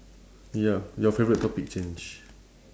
ya your favourite topic change